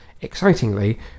excitingly